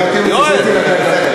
לדבר דברים?